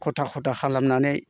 खथा खथा खालामनानै